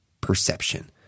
perception